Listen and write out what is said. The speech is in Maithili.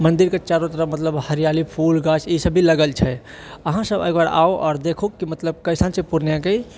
मंदिरके चारो तरफ मतलब हरियाली फूल गाछ ई सब भी लागल छै अहाँ सब एक बेर आउ आओर देखु जेकि मतलब कइसन छै पूर्णियाँके ई